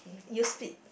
you split